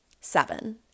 Seven